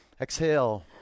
Exhale